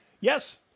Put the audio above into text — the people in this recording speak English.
Yes